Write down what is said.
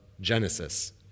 Genesis